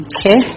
Okay